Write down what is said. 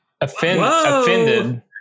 offended